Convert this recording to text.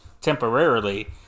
temporarily